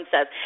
says